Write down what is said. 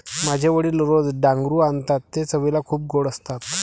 माझे वडील रोज डांगरू आणतात ते चवीला खूप गोड असतात